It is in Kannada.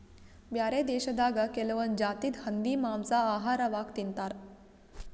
ಬ್ಯಾರೆ ದೇಶದಾಗ್ ಕೆಲವೊಂದ್ ಜಾತಿದ್ ಹಂದಿ ಮಾಂಸಾ ಆಹಾರವಾಗ್ ತಿಂತಾರ್